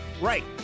right